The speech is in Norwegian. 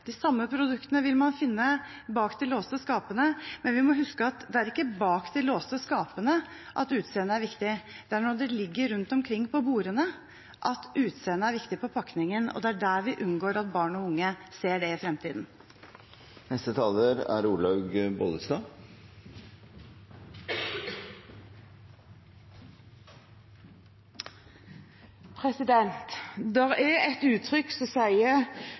De samme produktene vil man finne bak de låste skapene, men vi må huske at det er ikke bak de låste skapene at utseendet er viktig, det er når de ligger rundt omkring på bordene, at utseendet på pakningen er viktig, og det er der vi unngår at barn og unge ser det i fremtiden. Det er